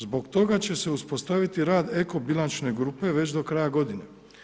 Zbog toga će se uspostaviti rad eko-bilančne grupe već do kraja godine.